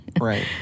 right